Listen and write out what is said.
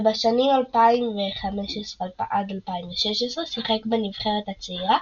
ובשנים 2015–2016 שיחק בנבחרת הצעירה